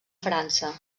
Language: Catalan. frança